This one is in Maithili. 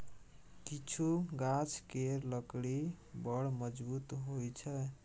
किछु गाछ केर लकड़ी बड़ मजगुत होइ छै